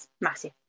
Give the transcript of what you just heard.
massive